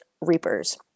reapers